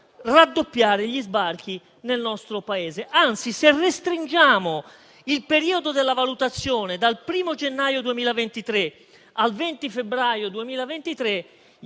raddoppiare gli sbarchi nel nostro Paese; anzi, se restringiamo il periodo della valutazione dal 1° gennaio al 20 febbraio 2023,